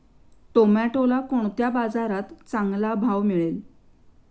टोमॅटोला कोणत्या बाजारात चांगला भाव मिळेल?